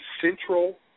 central